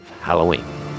Halloween